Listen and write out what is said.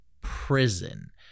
prison